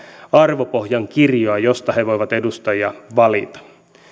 arvopohjan kirjoa josta he voivat edustajia valita